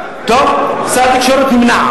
שר התקשורת לא תמך,